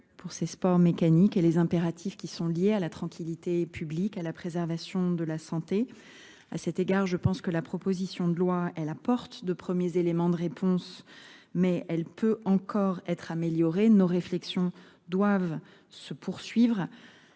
pour ces sports mécaniques et les impératifs qui sont liés à la tranquillité publique, à la préservation de la santé. A cet égard, je pense que la proposition de loi, elle apporte de premiers éléments de réponse, mais elle peut encore être améliorée. Nos réflexions doivent se poursuivre.